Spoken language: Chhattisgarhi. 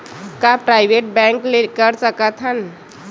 का प्राइवेट बैंक ले कर सकत हन?